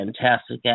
fantastic